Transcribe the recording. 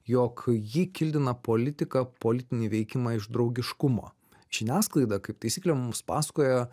jog ji kildina politiką politinį veikimą iš draugiškumo žiniasklaida kaip taisyklė mums pasakoja